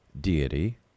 deity